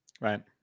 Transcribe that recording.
Right